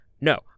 No